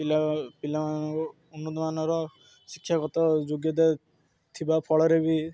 ପିଲା ପିଲାମାନଙ୍କୁ ଉନ୍ନତମାନର ଶିକ୍ଷାଗତ ଯୋଗ୍ୟତା ଥିବା ଫଳରେ ବି